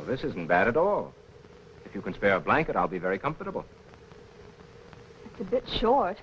oh this isn't bad at all if you can spare a blanket i'll be very comfortable a bit short